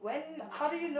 damn it